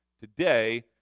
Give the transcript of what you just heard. today